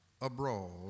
abroad